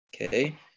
Okay